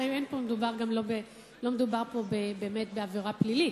הרי לא מדובר פה באמת בעבירה פלילית,